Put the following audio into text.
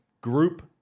group